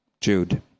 Jude